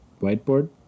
whiteboard